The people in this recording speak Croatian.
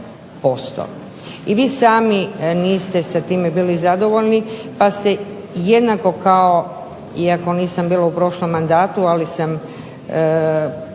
I vi sami niste sa time bili zadovoljni pa ste jednako kao, iako nisam bila u prošlom mandatu ali sam